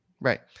right